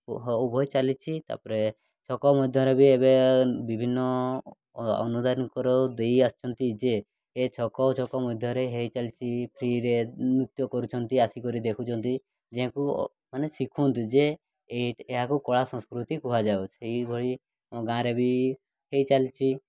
ଉଭୟ ଚାଲିଛି ତା'ପରେ ଛକ ମଧ୍ୟରେ ବି ଏବେ ବିଭିନ୍ନ ଅନୁଦାନଙ୍କର ଦେଇଆସିଛନ୍ତି ଯେ ଏ ଛକ ଛକ ମଧ୍ୟରେ ହୋଇଚାଲିଛି ଫ୍ରୀରେ ନୃତ୍ୟ କରୁଛନ୍ତି ଆସି କରି ଦେଖୁଛନ୍ତି ଯାହାକୁ ମାନେ ଶିଖନ୍ତୁ ଯେ ଏହାକୁ କଳା ସଂସ୍କୃତି କୁହାଯାଉଛି ସେଇଭଳି ମୋ ଗାଁରେ ବି ହୋଇଚାଲିଛି